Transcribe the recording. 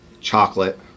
chocolate